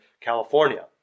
California